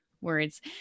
words